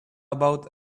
about